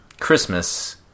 Christmas